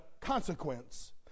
consequence